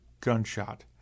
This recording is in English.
gunshot